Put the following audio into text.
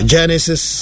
Genesis